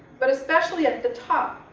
but especially at the top.